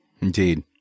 Indeed